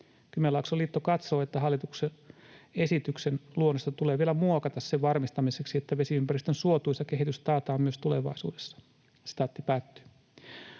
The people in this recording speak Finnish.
Kymenlaakson liitto katsoo, että hallituksen esityksen luonnosta tulee vielä muokata sen varmistamiseksi, että vesiympäristön suotuisa kehitys taataan myös tulevaisuudessa.” Arvoisa